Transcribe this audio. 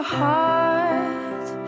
heart